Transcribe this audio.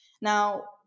Now